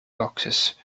boxes